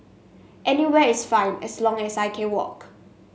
anywhere is fine as long as I can walk